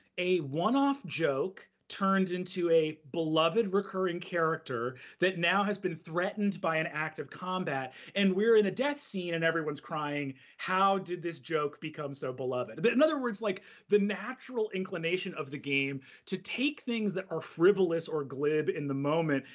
a one-off joke turned into a beloved recurring character that now has been threatened by an act of combat, and we're in a death scene and everyone's crying. how did this joke become so beloved? in other words, like the natural inclination of the game to take things that are frivolous or glib in the moment,